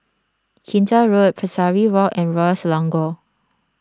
Kinta Road Pesari Walk and Royal Selangor